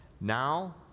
now